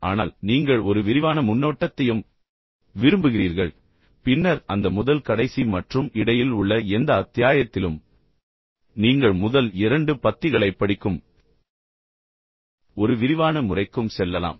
ஆனால் நீங்கள் ஒரு விரிவான முன்னோட்டத்தையும் விரும்புகிறீர்கள் பின்னர் அந்த முதல் கடைசி மற்றும் இடையில் உள்ள எந்த அத்தியாயத்திலும் நீங்கள் முதல் இரண்டு பத்திகளைப் படிக்கும் ஒரு விரிவான முறைக்கும் செல்லலாம்